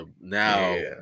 Now